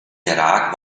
irak